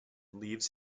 leaves